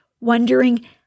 wondering